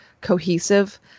cohesive